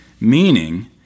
meaning